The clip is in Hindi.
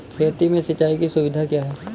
खेती में सिंचाई की सुविधा क्या है?